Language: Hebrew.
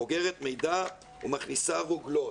אוגרת מידע ומכניסה רוגלות,